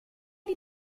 die